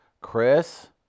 Chris